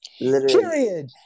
Period